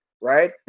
right